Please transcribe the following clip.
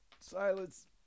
Silence